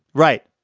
right.